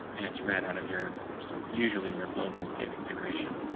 and it's ran out of your so usually your global get configuration.